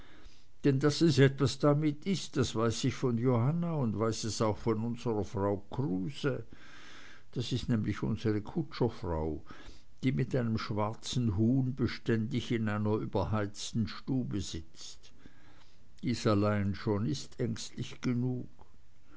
denn daß es etwas damit ist das weiß ich von johanna und weiß es auch von unserer frau kruse das ist nämlich unsere kutscherfrau die mit einem schwarzen huhn beständig in einer überheizten stube sitzt dies allein schon ist ängstlich genug